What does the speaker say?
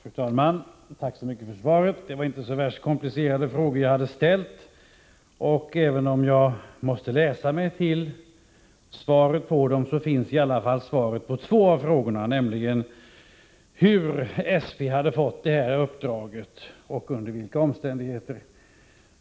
Fru talman! Tack så mycket för svaret! Det var inte så värst komplicerade frågor jag hade ställt, och även om jag måste läsa mig till svaret på dem så finns i alla fall svar på två av frågorna, nämligen hur SP fått detta uppdrag och under vilka omständigheter.